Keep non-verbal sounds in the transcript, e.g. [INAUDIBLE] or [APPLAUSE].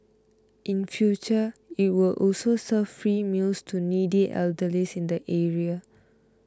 in future it will also serve free meals to needy elderly [UNINTELLIGIBLE] the area